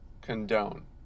condone